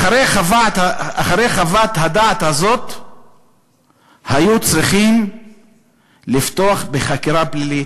אחרי חוות הדעת הזאת היו צריכים לפתוח בחקירה פלילית.